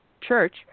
church